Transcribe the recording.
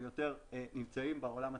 הם יותר נמצאים בעולם התשתיתי.